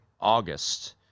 August